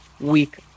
week